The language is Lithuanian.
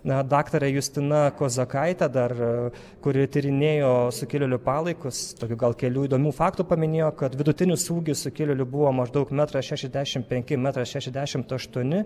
na daktarė justina kozakaitė dar kuri tyrinėjo sukilėlių palaikus tokių gal kelių įdomių faktų paminėjo kad vidutinis ūgis sukilėlių buvo maždaug metras šešiasdešim penki metras šešiasdešimt aštuoni